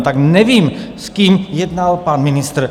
Tak nevím, s kým jednal pan ministr!